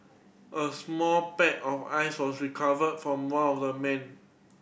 a small pack of ice was recovered from one of the men